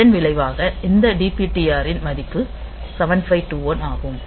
இதன் விளைவாக இந்த DPTR ன் மதிப்பு 7521 ஆகும்